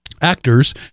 actors